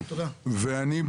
ואני,